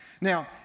Now